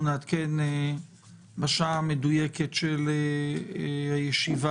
נמצא איתנו בשלב הזה של הדיון חבר הכנסת בן גביר.